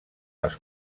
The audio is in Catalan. els